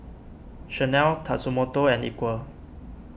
Chanel Tatsumoto and Equal